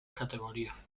categorías